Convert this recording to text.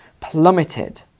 plummeted